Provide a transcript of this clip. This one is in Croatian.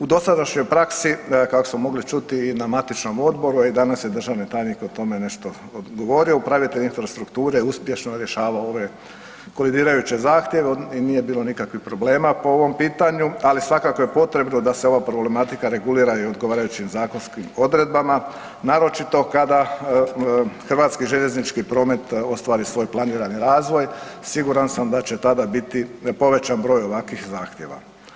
U dosadašnjoj praksi kako smo mogli čuti i na matičnom odboru, a i danas je državni tajnik o tome nešto govorio upravitelj infrastrukture uspješno rješava ove koridirajuće i nije bilo nikakvih problema po ovom pitanju, ali svakako je potrebno da se ova problematika regulira i odgovarajućim zakonskim odredbama naročito kada hrvatski željeznički promet ostvari svoj planirani razvoj, siguran sam da će tada biti povećan broj ovakvih zahtjeva.